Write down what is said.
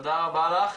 תודה רבה לך.